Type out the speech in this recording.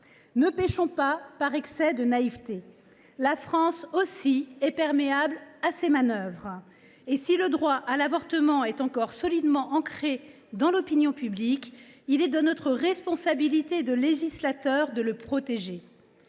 Ne péchons pas par excès de naïveté. La France aussi est perméable à ces manœuvres, et, si le droit à l’avortement est encore solidement ancré dans l’opinion publique, il est de notre responsabilité de législateurs de le protéger.